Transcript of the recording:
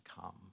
come